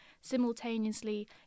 simultaneously